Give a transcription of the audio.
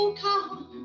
come